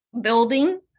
building